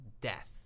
death